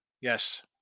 Yes